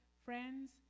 Friends